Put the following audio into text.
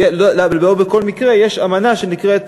לא בכל מקרה, יש אמנה שנקראת